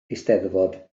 eisteddfod